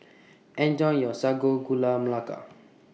Enjoy your Sago Gula Melaka